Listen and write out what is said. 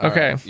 Okay